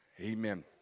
Amen